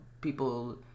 people